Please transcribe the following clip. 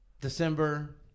December